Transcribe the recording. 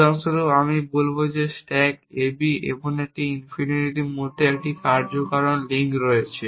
উদাহরণস্বরূপ আমি বলব যে স্ট্যাক a b এবং একটি ইনফিনিটির মধ্যে একটি কার্যকারণ লিঙ্ক রয়েছে